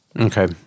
Okay